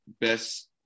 best